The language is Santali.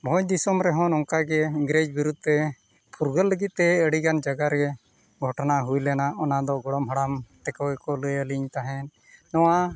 ᱵᱷᱚᱸᱡᱽ ᱫᱤᱥᱚᱢ ᱨᱮᱦᱚᱸ ᱱᱚᱝᱠᱟ ᱜᱮ ᱤᱝᱨᱮᱡᱽ ᱵᱤᱨᱩᱫᱷ ᱨᱮ ᱯᱷᱩᱨᱜᱟᱹᱞ ᱞᱟᱹᱜᱤᱫ ᱛᱮ ᱟᱹᱰᱤᱜᱟᱱ ᱡᱟᱭᱜᱟ ᱨᱮ ᱜᱷᱚᱴᱚᱱᱟ ᱦᱩᱭ ᱞᱮᱱᱟ ᱚᱱᱟᱫᱚ ᱜᱚᱲᱚᱢ ᱦᱟᱲᱟᱢ ᱛᱮᱠᱚ ᱜᱮᱠᱚ ᱞᱟᱹᱭᱟᱹᱞᱤᱧ ᱛᱟᱦᱮᱱ ᱱᱚᱣᱟ